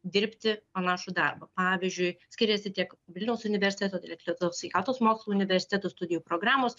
dirbti panašų darbą pavyzdžiui skiriasi tiek vilniaus universiteto tiek lietuvos sveikatos mokslų universiteto studijų programos